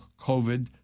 COVID